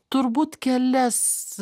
turbūt kelias